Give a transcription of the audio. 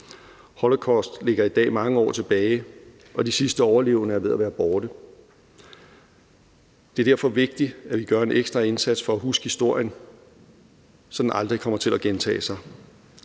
Holocaust ligger i dag mange år tilbage, og de sidste overlevende er ved at være borte. Det er derfor vigtigt, at vi gør en ekstra indsats for at huske historien, så den aldrig kommer til at gentage sig.